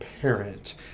parent